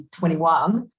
21